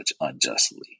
unjustly